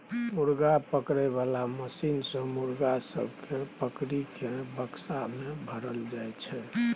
मुर्गा पकड़े बाला मशीन सँ मुर्गा सब केँ पकड़ि केँ बक्सा मे भरल जाई छै